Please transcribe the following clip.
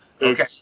Okay